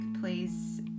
please